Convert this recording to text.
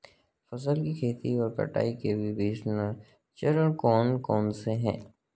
फसल की खेती और कटाई के विभिन्न चरण कौन कौनसे हैं?